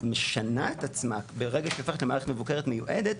משנה את עצמה ברגע שהיא הופכת למערכת מבוקרת מיועדת,